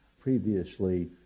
previously